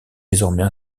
désormais